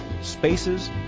spaces